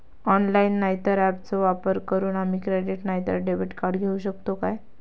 Online नाय तर ऍपचो वापर करून आम्ही क्रेडिट नाय तर डेबिट कार्ड घेऊ शकतो का?